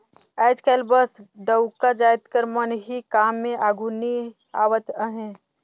आएज काएल बस डउका जाएत कर मन ही काम में आघु नी आवत अहें